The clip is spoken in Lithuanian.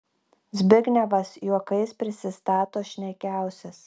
zbignevas juokais prisistato šnekiausias